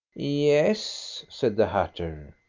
yes, said the hatter.